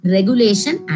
Regulation